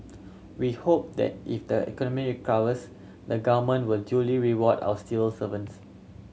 we hope that if the economy recovers the Government will duly reward our still servants